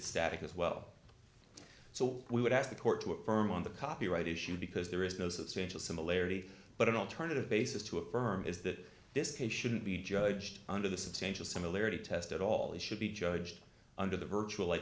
static as well so we would ask the court to affirm on the copyright issue because there is no substantial similarity but an alternative basis to affirm is that this case shouldn't be judged under the substantial similarity test at all it should be judged under the virtual li